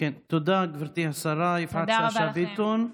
תודה, גברתי השרה יפעת שאשא ביטון.